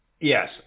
Yes